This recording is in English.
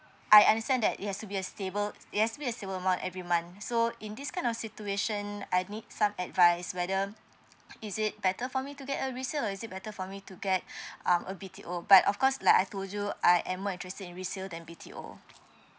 I understand that it has to be a stable it has to be a stable amount every month so in this kind of situation I need some advice whether is it better for me to get a resale or is it better for me to get um a B_T_O but of course like I told you I am more interested in resale than B_T_O